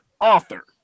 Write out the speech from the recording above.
author